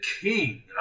king